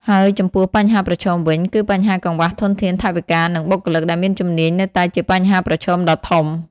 ហើយចំំពោះបញ្ហាប្រឈមវិញ គឺបញ្ហាកង្វះធនធាន ថវិកា និងបុគ្គលិកដែលមានជំនាញនៅតែជាបញ្ហាប្រឈមដ៏ធំ។